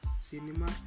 cinema